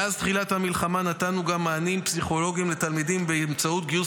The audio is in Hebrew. מאז תחילת המלחמה נתנו גם מענים פסיכולוגיים לתלמידים באמצעות גיוס